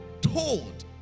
told